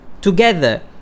together